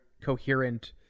coherent